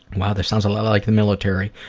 wow. this sounds a lot like the military.